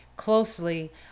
closely